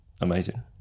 amazing